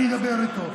אני אדבר איתו.